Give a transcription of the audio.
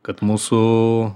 kad mūsų